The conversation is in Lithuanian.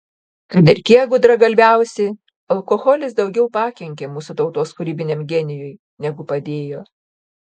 kad ir kiek gudragalviausi alkoholis daugiau pakenkė mūsų tautos kūrybiniam genijui negu padėjo